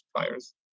suppliers